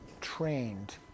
trained